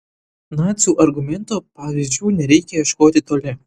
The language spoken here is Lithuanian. nacių argumento pavyzdžių nereikia ieškoti toli